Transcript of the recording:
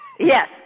Yes